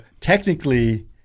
technically